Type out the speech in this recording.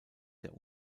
der